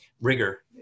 rigor